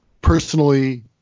personally